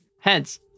Heads